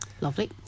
Lovely